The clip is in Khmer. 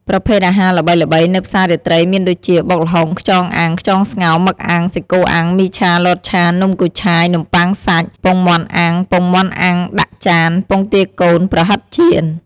ប្រភេទអាហារល្បីៗនៅផ្សាររាត្រីមានដូចជា បុកល្ហុង ខ្យងអាំង ខ្យងស្ងោរ មឹកអាំង សាច់គោអាំង មីឆា លតឆា នំគូឆាយ នំប៉័ងសាច់ ពងមាន់អាំង ពងមាន់អាំងដាក់ចាន ពងទាកូន ប្រហិតចៀន។